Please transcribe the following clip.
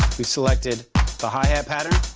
we selected the hi-hat pattern.